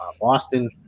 Boston